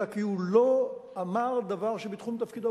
אלא כי הוא לא אמר דבר שבתחום תפקידו,